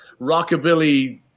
rockabilly